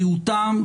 בריאותם,